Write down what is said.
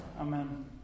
Amen